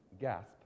gasp